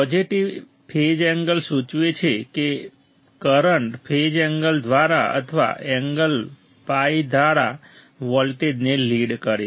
positive phase angle સૂચવે છે કે કરંટ ફેઝ એંગલ દ્વારા અથવા એંગલ phi દ્વારા વોલ્ટેજને લીડ કરે છે